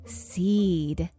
seed